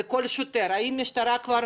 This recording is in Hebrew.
לכל שוטר האם המשטרה כבר